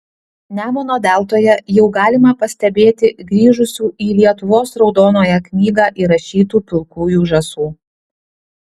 nemuno deltoje jau galima pastebėti grįžusių į lietuvos raudonąją knygą įrašytų pilkųjų žąsų